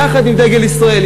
יחד עם דגל ישראל,